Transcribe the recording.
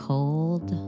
Cold